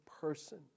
person